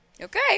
Okay